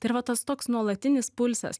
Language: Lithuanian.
tai ir va tas toks nuolatinis pulsas